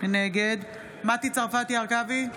נגד מטי צרפתי הרכבי,